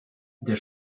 der